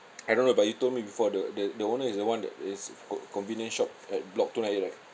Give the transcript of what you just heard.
I don't know but you told me before the the the owner is the one that is co~ convenient shop at block two nine eight right